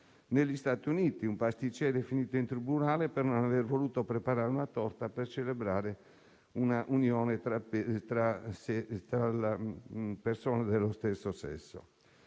Negli Stati Uniti un pasticcere è finito in tribunale per non aver voluto preparare una torta per celebrare una unione tra persone dello stesso sesso.